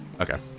Okay